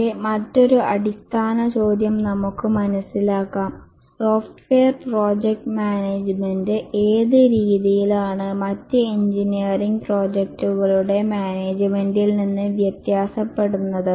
പക്ഷേ മറ്റൊരു അടിസ്ഥാന ചോദ്യം നമുക്ക് മനസിലാക്കാം സോഫ്റ്റ്വെയർ പ്രോജക്ട് മാനേജ്മെന്റ് ഏത് രീതിയിലാണ് മറ്റ് എഞ്ചിനീയറിംഗ് പ്രോജക്റ്റുകളുടെ മാനേജ്മെൻറിൽ നിന്ന് വ്യത്യാസപ്പെടുന്നത്